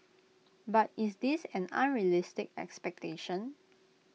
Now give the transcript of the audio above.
but is this an unrealistic expectation